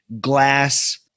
glass